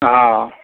हँ